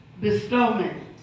Bestowment